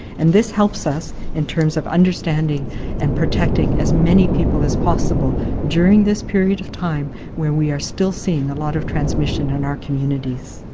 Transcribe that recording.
and this helps us in terms of understanding and protecting as many people as possible during this period of time when we are still seeing a lot of trans transmission in our communities.